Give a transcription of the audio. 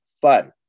fun